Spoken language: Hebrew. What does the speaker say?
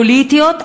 פוליטיות,